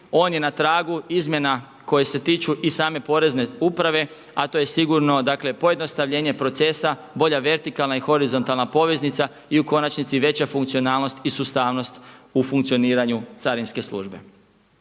on je na tragu izmjena koje se tiču i same porezne uprave a to je sigurno dakle pojednostavljenje procesa, bolja vertikalna i horizontalna poveznica i u konačnici veća funkcionalnost i sustavnost u funkcioniranju carinske službe.